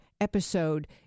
episode